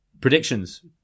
predictions